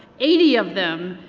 eighty of them,